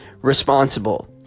responsible